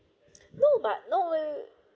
no but no